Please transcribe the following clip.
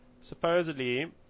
supposedly